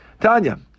Tanya